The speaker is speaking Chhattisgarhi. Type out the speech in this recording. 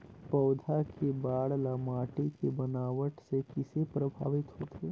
पौधा के बाढ़ ल माटी के बनावट से किसे प्रभावित होथे?